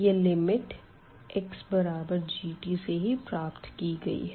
ये limit xg से ही प्राप्त की गई है